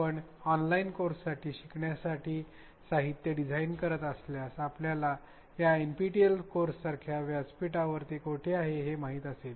आपण ऑनलाईन कोर्ससाठी शिकण्याचे साहित्य डिझाइन करत असल्यास आपल्याला या NPTEL कोर्ससारख्या व्यासपीठावर ते कोठे आहे हे माहित असेल